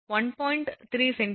3 cm 0